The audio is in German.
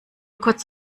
kurz